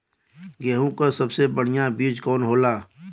गेहूँक सबसे बढ़िया बिज कवन होला?